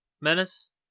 Menace